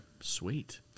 Sweet